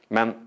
Men